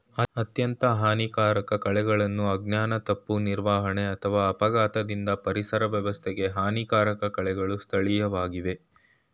ಅತ್ಯಂತ ಹಾನಿಕಾರಕ ಕಳೆಗಳನ್ನು ಅಜ್ಞಾನ ತಪ್ಪು ನಿರ್ವಹಣೆ ಅಥವಾ ಅಪಘಾತದಿಂದ ಪರಿಸರ ವ್ಯವಸ್ಥೆಗೆ ಹಾನಿಕಾರಕ ಕಳೆಗಳು ಸ್ಥಳೀಯವಾಗಿವೆ